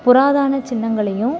புராதான சின்னங்களையும்